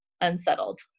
unsettled